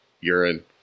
urine